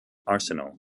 arsenal